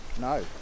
No